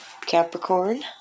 Capricorn